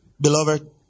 beloved